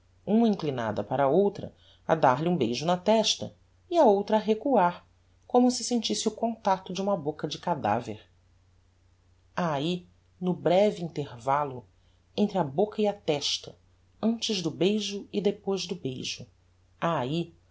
uma inclinada para a outra a dar-lhe um beijo na testa e a outra a recuar como se sentisse o contacto de uma boca de cadaver ha ahi no breve intervallo entre a boca e a testa antes do beijo e depois do beijo ha